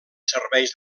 serveis